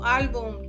álbum